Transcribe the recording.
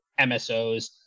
MSOs